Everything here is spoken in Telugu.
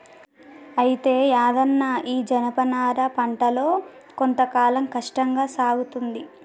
అయితే యాదన్న ఈ జనపనార పంటలో కొంత కాలం కష్టంగా సాగుతుంది